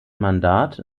mandat